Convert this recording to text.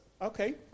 Okay